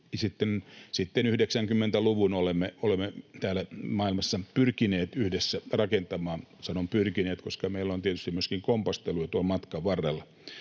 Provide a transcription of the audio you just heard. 90-luvun olemme täällä maailmassa pyrkineet yhdessä rakentamaan. Sanon ”pyrkineet”, koska meillä on tietysti ollut myöskin kompasteluja tuon matkan varrella.